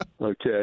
Okay